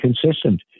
consistent